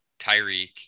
Tyreek